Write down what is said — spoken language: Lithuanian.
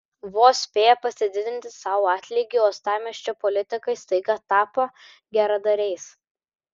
vos spėję pasididinti sau atlygį uostamiesčio politikai staiga tapo geradariais